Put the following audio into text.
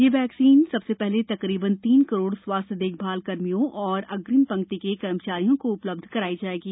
यह वैक्सीन सबसे पहले तकरीबन तीन करोड़ स्वास्थ्य देखभाल कर्मियों और अग्रिम पंक्ति के कर्मचारियों को उपलब्ध कराई जाएगी